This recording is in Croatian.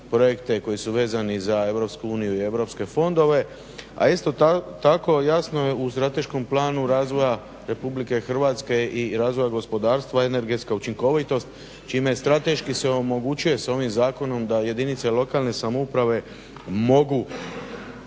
uniju i europske fondove. A isto tako jasno je u strateškom planu razvoja Republike Hrvatske i razvoja gospodarstva, energetska učinkovitost čime strateški se omogućuje ovim zakonom da jedinice lokalne samouprave mogu